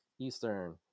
Eastern